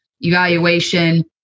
evaluation